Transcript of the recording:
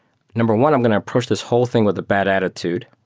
number one, i'm going to approach this whole thing with a bad attitude.